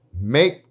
Make